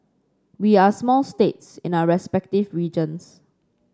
we are small states in our respective regions